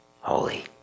holy